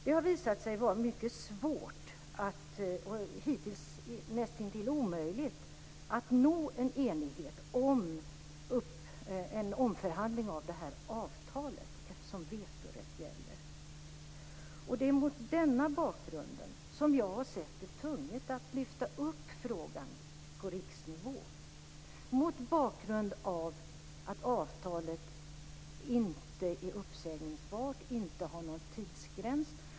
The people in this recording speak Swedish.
Det har visat sig vara mycket svårt, och hittills nästintill omöjligt, att nå en enighet om en omförhandling av det här avtalet, eftersom vetorätt gäller.